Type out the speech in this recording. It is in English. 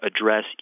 address